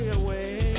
away